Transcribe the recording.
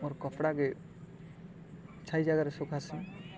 ମୋର୍ କପଡ଼ାକେ ଛାଇ ଜାଗାରେ ଶୁଖାସି